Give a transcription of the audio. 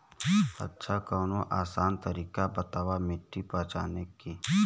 अच्छा कवनो आसान तरीका बतावा मिट्टी पहचाने की?